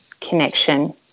connection